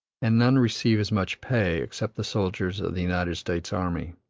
and none receive as much pay, except the soldiers of the united states army.